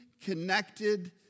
connected